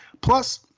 Plus